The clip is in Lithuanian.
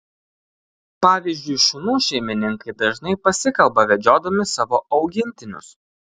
pavyzdžiui šunų šeimininkai dažnai pasikalba vedžiodami savo augintinius